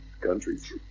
countries